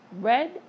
red